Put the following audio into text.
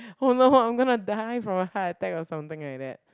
oh no I'm going to die from a heart attack or something like that